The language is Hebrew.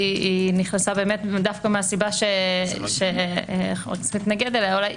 נכנסה באמת דווקא מהסיבה שחבר הכנסת מתנגד אליה.